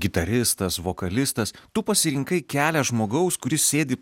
gitaristas vokalistas tu pasirinkai kelią žmogaus kuris sėdi